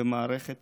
במערכה